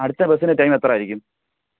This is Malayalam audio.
അടുത്ത ബസ്സിന് ടൈമെത്രയായിരിക്കും